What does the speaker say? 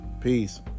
Peace